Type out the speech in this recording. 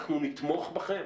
אנחנו נתמוך בכם